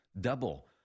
Double